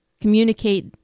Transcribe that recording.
communicate